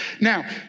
Now